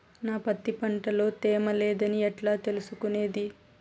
నా పత్తి పంట లో తేమ లేదని ఎట్లా తెలుసుకునేది?